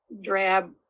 drab